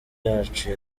yacu